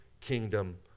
kingdom